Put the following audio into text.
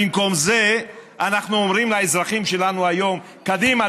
במקום זה אנחנו אומרים לאזרחים שלנו היום: קדימה,